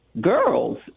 girls